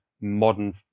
modern